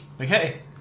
Okay